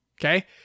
Okay